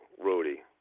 Rudy